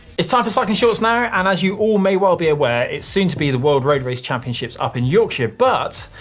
it's time for cycling shorts now, and as you all may well be aware, it's soon to be the world road race championships, up in yorkshire, but,